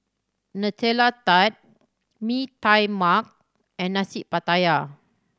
Nutella Tart Mee Tai Mak and Nasi Pattaya